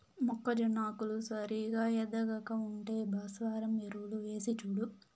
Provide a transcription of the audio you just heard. మొక్కజొన్న ఆకులు సరిగా ఎదగక ఉంటే భాస్వరం ఎరువులు వేసిచూడు